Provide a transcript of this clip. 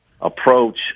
approach